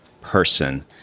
person